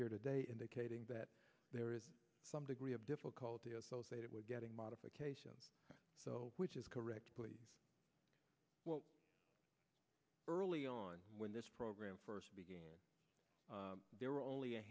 here today indicating that there is some degree of difficulty associated with getting modification so which is correct early on when this program first began there were only a